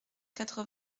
quatre